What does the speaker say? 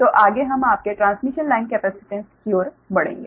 तो आगे हम आपके ट्रांसमिशन लाइन कैपेसिटेंस की ओर बढ़ेंगे